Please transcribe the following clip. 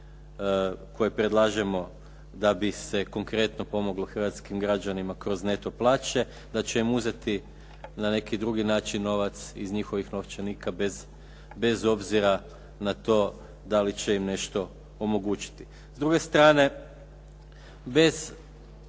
koje predlažemo da bi se konkretno pomoglo hrvatskim građanima kroz neto plaće, da će im uzeti na neki drugi način novac iz njihovih novčanika bez obzira na to da li će im nešto omogućiti. S druge strane bez